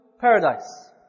paradise